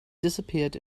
disappeared